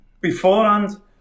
Beforehand